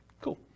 Cool